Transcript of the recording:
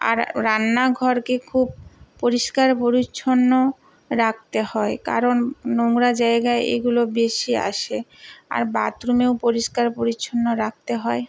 আর রান্নাঘরকে খুব পরিষ্কার পরিচ্ছন্ন রাখতে হয় কারণ নোংরা জায়গায় এগুলো বেশি আসে আর বাথরুমেও পরিষ্কার পরিচ্ছন্ন রাখতে হয়